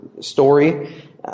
story